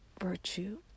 virtue